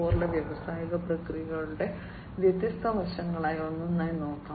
0 ലെ വ്യാവസായിക പ്രക്രിയകളുടെ വ്യത്യസ്ത വശങ്ങൾ ഒന്നൊന്നായി നോക്കാം